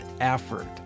effort